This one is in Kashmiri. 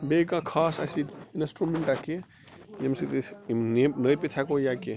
بیٚیہِ کانٛہہ خاص اَسہِ ییٚتہِ اِنسٹروٗمینٹاہ کیٚنٛہہ ییٚمہِ سۭتۍ أسۍ یِم نٲپِتھ ہیٚکو یا کیٚنٛہہ